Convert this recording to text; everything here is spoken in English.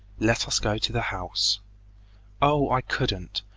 let us go to the house oh! i couldn't.